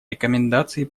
рекомендации